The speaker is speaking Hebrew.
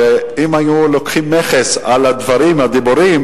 שאם היו לוקחים מכס על הדיבורים,